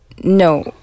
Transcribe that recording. No